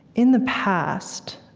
in the past,